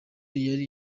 yari